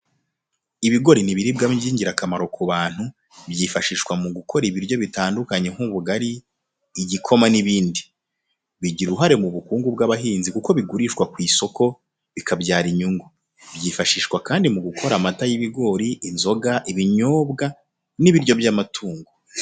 Ibigori ni ibiribwa by'ingirakamaro ku bantu, byifashishwa mu gukora ibiryo bitandukanye nk'ubugari, igikoma n’ibindi. Bigira uruhare mu bukungu bw’abahinzi kuko bigurishwa ku isoko, bikabyara inyungu. Byifashishwa kandi mu gukora amata y’ibigori, inzoga, ibinyobwa, n’ibiryo by’amatungo.